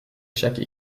chaque